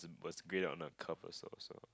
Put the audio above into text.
was great of not curve also also